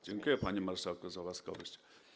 Dziękuję, panie marszałku, za łaskawość.